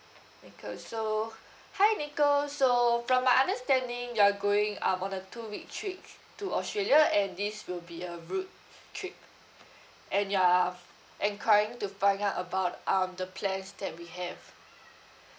nicole so hi nicole so from my understanding you are going um on a two week trip to australia and this will be a road trip and you are enquiring to find out about um the plans that we have